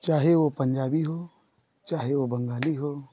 चाहे वह पंजाबी हो चाहे वह बंगाली हो